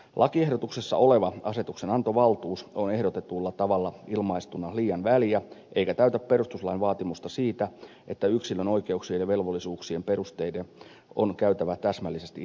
lakiehdotuksessa oleva asetuksenantovaltuus on ehdotetulla tavalla ilmaistuna liian väljä eikä täytä perustuslain vaatimusta siitä että yksilön oikeuksien ja velvollisuuksien perusteiden on käytävä täsmällisesti ilmi laista